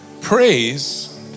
Praise